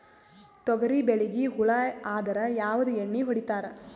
ತೊಗರಿಬೇಳಿಗಿ ಹುಳ ಆದರ ಯಾವದ ಎಣ್ಣಿ ಹೊಡಿತ್ತಾರ?